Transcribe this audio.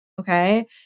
okay